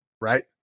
right